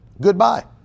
Goodbye